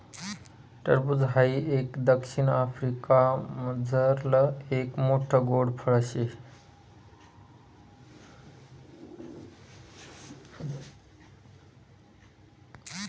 टरबूज हाई एक दक्षिण आफ्रिकामझारलं एक मोठ्ठ गोड फळ शे